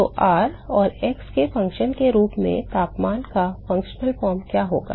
तो r और x के फ़ंक्शन के रूप में तापमान का कार्यात्मक रूप क्या होगा